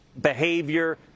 behavior